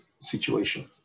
situation